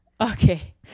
okay